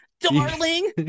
darling